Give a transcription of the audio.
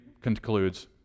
concludes